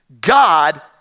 God